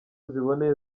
ziboneye